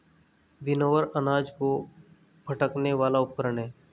winnower अनाज को फटकने वाला उपकरण है